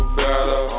better